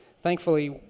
Thankfully